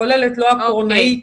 הכוללת לא הקרונאית